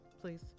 please